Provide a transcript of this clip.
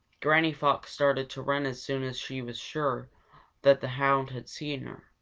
granny fox started to run as soon as she was sure that the hound had seen her,